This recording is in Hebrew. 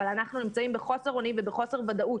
עם זאת אנחנו נמצאים בחוסר אונים ובחוסר וודאות